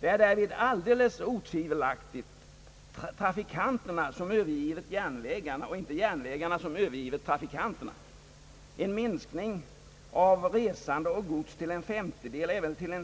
Det är därvid alldeles otvivelaktigt trafikanterna som övergivit järnvägarna och inte järnvägarna som övergivit trafikanterna. En minskning av mängden resande och gods till 1